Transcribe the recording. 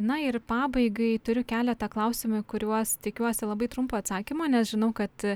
na ir pabaigai turiu keletą klausimų į kuriuos tikiuosi labai trumpo atsakymo nes žinau kad